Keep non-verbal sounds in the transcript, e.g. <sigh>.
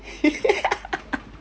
<laughs>